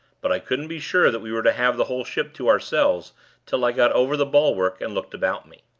but i couldn't be sure that we were to have the whole ship to ourselves till i got over the bulwark and looked about me.